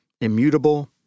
immutable